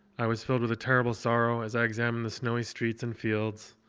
i was filled with a terrible sorrow as i examined the snowy streets and fields,